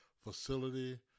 facility